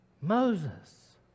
Moses